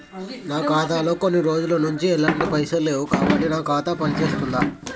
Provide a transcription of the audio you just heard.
నా ఖాతా లో కొన్ని రోజుల నుంచి ఎలాంటి పైసలు లేవు కాబట్టి నా ఖాతా పని చేస్తుందా?